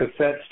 cassettes